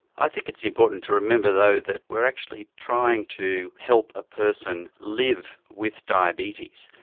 i think it's important to remember though that we are actually trying to help a person live with diabetes.